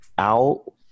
out